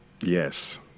Yes